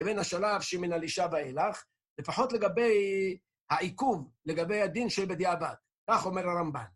בין השלב, שמן הלישה ואילך, לפחות לגבי... העיכוב, לגבי הדין של בדיעבד. כך אומר הרמב״ן.